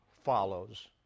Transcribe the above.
follows